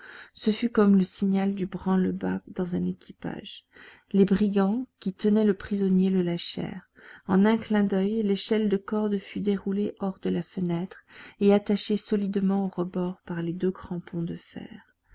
ce fut comme le signal du branle-bas dans un équipage les brigands qui tenaient le prisonnier le lâchèrent en un clin d'oeil l'échelle de corde fut déroulée hors de la fenêtre et attachée solidement au rebord par les deux crampons de fer